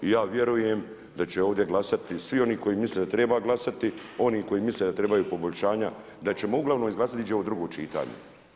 Ja vjerujem da će ovdje glasati svi oni koji misle da treba glasati, oni koji misle da trebaju poboljšanja, da ćemo uglavnom izglasati, ide u drugo čitanje.